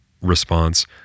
response